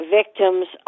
victims